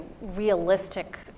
realistic